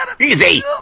EASY